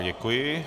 Děkuji.